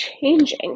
changing